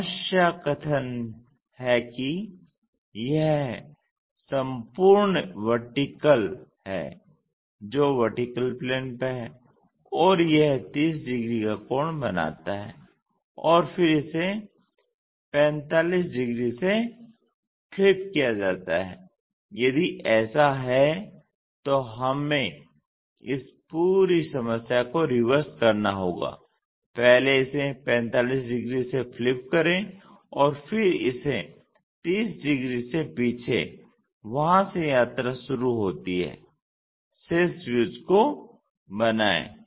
समस्या कथन है कि यह संपूर्ण वर्टिकल है जो VP पर है और यह 30 डिग्री कोण बनाता है और फिर इसे 45 से फ़्लिप किया जाता है यदि ऐसा है तो हमें इस पूरी समस्या को रिवर्स करना होगा पहले इसे 45 डिग्री से फ़्लिप करें और फिर इसे 30 डिग्री से पीछे वहां से यात्रा शुरू होती है शेष व्यूज को बनायें